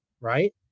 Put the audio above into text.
right